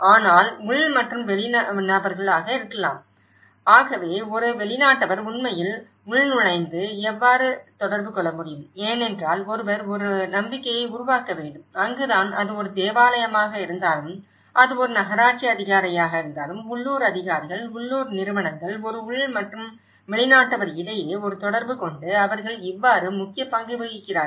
ஆனால் உள் மற்றும் வெளி நபர்கள் ஆக இருக்கலாம் ஆகவே ஒரு வெளிநாட்டவர் உண்மையில் உள்நுழைந்து எவ்வாறு தொடர்பு கொள்ள முடியும் ஏனென்றால் ஒருவர் ஒரு நம்பிக்கையை உருவாக்க வேண்டும் அங்குதான் அது ஒரு தேவாலயமாக இருந்தாலும் அது ஒரு நகராட்சி அதிகாரியாக இருந்தாலும் உள்ளூர் அதிகாரிகள் உள்ளூர் நிறுவனங்கள் ஒரு உள் மற்றும் வெளிநாட்டவர் இடையே ஒரு தொடர்பு கொண்டு அவர்கள் இவ்வாறு முக்கிய பங்கு வகிக்கிறார்கள்